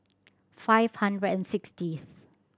five hundred and sixtieth